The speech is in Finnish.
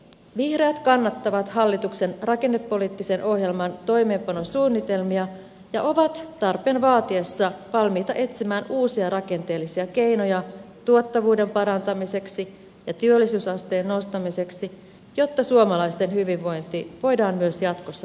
vihreät kannattavat hallituksen rakennepoliittisen ohjelman toimeenpanosuunnitelmia ja ovat tarpeen vaatiessa valmiita etsimään uusia rakenteellisia keinoja tuottavuuden parantamiseksi ja työllisyysasteen nostamiseksi jotta suomalaisten hyvinvointi voidaan myös jatkossa turvata